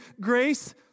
grace